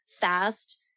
fast